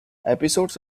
episodes